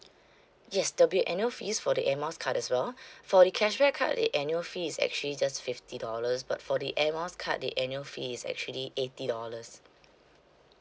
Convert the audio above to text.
yes there'll be annual fees for the air miles card as well for the cashback card the annual fee is actually just fifty dollars but for the air miles card the annual fee is actually eighty dollars